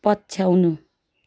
पछ्याउनु